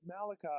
Malachi